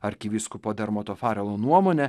arkivyskupo dermoto farelo nuomone